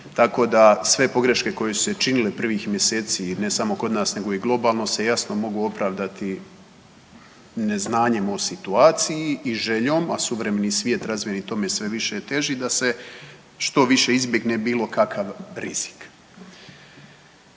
tako da sve pogreške koje su se činile prvih mjeseci i ne samo kod nas nego i globalno se jasno mogu opravdati neznanjem o situaciji i željom, a suvremeni svijet razvijeni tome sve više teži da se što više izbjegne bilo kakav rizik.